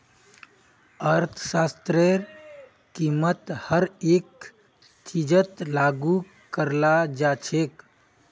अर्थशास्त्रतेर कीमत हर एक चीजत लागू कराल जा छेक